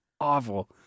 awful